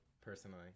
personally